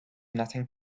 nothing